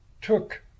took